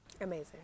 amazing